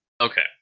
Okay